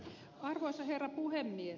arvoisa herra puhemies